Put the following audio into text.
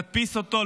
תדפיס אותו,